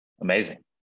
Amazing